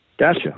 Gotcha